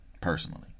personally